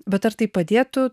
bet ar tai padėtų